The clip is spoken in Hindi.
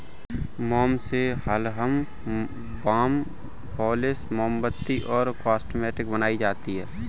मोम से मलहम, बाम, पॉलिश, मोमबत्ती और कॉस्मेटिक्स बनाई जाती है